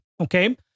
okay